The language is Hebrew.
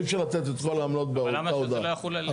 אי אפשר לתת את כל העמלות באותה הודעה.